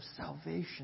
salvation